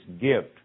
gift